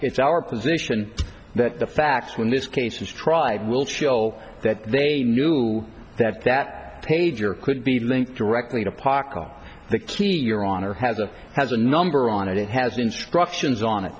it's our position that the facts when this case is tried will show that they knew that that pager could be linked directly to pocket the key your honor has a has a number on it it has instructions on it